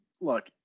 look